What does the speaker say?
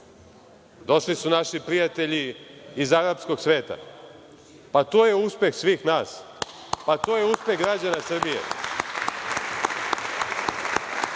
došli su naši prijatelji iz arapskog sveta. Pa to je uspeh svih nas! Pa to je uspeh građana Srbije! Ne